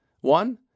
One